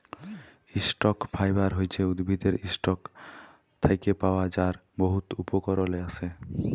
stock fibre হছে উদ্ভিদের ইসটক থ্যাকে পাওয়া যার বহুত উপকরলে আসে